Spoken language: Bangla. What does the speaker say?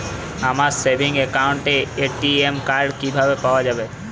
আমার সেভিংস অ্যাকাউন্টের এ.টি.এম কার্ড কিভাবে পাওয়া যাবে?